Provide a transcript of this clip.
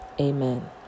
amen